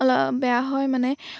অলপ বেয়া হয় মানে